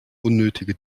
unnötige